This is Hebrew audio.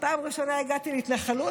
פעם ראשונה הגעתי להתנחלות,